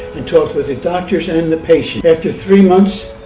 and talked with the doctors and and the patients. after three months,